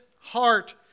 heart